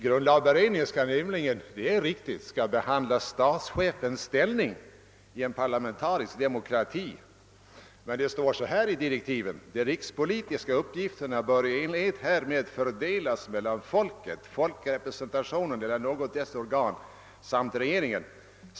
Grundlagberedningen skall — det är riktigt — behandla frågan om statschefens ställning i en parlamentarisk demokrati, men i direktiven står: »De rikspolitiska uppgifterna bör i enlighet härmed fördelas mellan folket, folkrepresentationen eller något dess organ samt regeringen.